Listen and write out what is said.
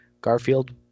Garfield